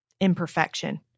imperfection